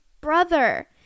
brother